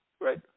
Right